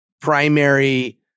primary